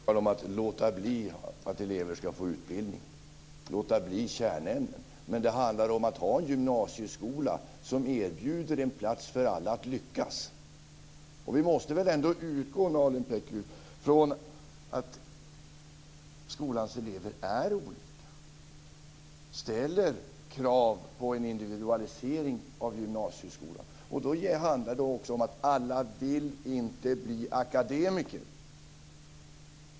Fru talman! Det är inte fråga om att låta bli att ge elever utbildning eller att låta bli att undervisa i kärnämnen. Det handlar om att ha en gymnasieskola som erbjuder en plats för alla att lyckas. Vi måste väl ändå utgå från, Nalin Pekgul, att skolans elever är olika och ställer krav på en individualisering av gymnasieskolan. Det handlar också om att alla inte vill bli akademiker.